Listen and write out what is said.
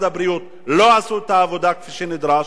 הבריאות לא עשו את העבודה כפי שנדרש,